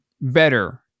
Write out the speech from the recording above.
better